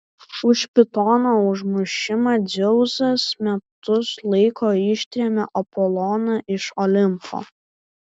už pitono užmušimą dzeusas metus laiko ištrėmė apoloną iš olimpo